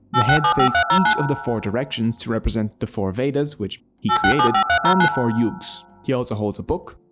the heads face each of the four directions, to represent the four vedas which he created and the four yugas. he also holds a book,